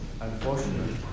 Unfortunately